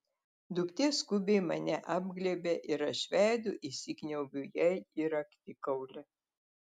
duktė skubiai mane apglėbia ir aš veidu įsikniaubiu jai į raktikaulį